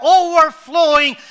overflowing